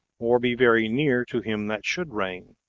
or be very near to him that should reign.